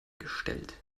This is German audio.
gestellt